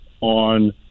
on